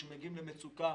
שמגיעים למצוקה,